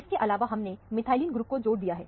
इसके अलावा हमने मिथाईलीन ग्रुप को जोड़ दिया है